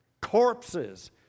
corpses